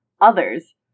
others